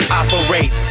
operate